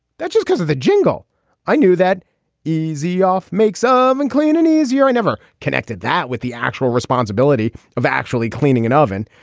that just cause of the jingle i knew that easy off make some and cleaning easier. i never connected that with the actual responsibility of actually cleaning an oven,